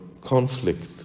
conflict